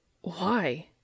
Why